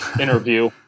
interview